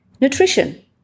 Nutrition